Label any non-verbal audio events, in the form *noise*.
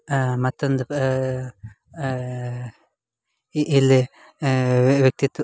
ಮತ್ತೊಂದು ಈ ಇಲ್ಲಿ *unintelligible*